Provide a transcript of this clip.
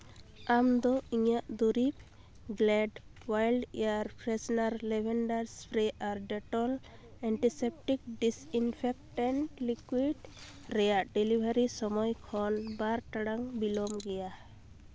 ᱟᱢᱫᱚ ᱤᱧᱟᱹᱜ ᱫᱩᱨᱤᱵᱽ ᱜᱞᱮᱰ ᱳᱭᱮᱞᱰ ᱮᱭᱟᱨ ᱯᱷᱨᱮᱥᱱᱟᱨ ᱞᱮᱵᱷᱮᱱᱰᱟᱨ ᱥᱯᱨᱮ ᱟᱨ ᱰᱮᱴᱚᱞ ᱮᱱᱴᱤᱥᱮᱯᱴᱤᱠ ᱰᱤᱥᱝᱷᱮᱠᱴᱮᱱᱴ ᱞᱤᱠᱩᱭᱤᱰ ᱨᱮᱭᱟᱜ ᱰᱮᱞᱤᱵᱷᱟᱨᱤ ᱥᱚᱢᱚᱭ ᱠᱷᱚᱱ ᱵᱟᱨ ᱴᱟᱲᱟᱝ ᱵᱤᱞᱚᱢ ᱜᱮᱭᱟ